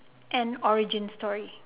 and origin story